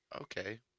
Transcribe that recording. okay